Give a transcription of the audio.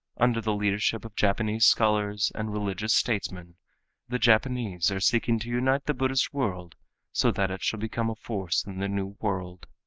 under the leadership of japanese scholars and religious statesmen the japanese are seeking to unite the buddhist world so that it shall become a force in the new world.